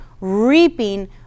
reaping